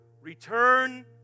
Return